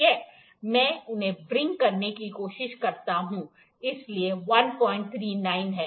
मैं उन्हें व्रिंग करने की कोशिश करता हूं इसलिए 139 है